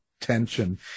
tension